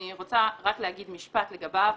אני רוצה רק להגיד משפט לגביו.